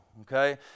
okay